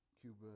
Cuba